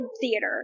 theater